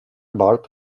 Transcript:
bart